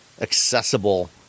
accessible